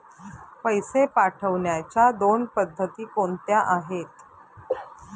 पैसे पाठवण्याच्या दोन पद्धती कोणत्या आहेत?